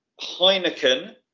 Heineken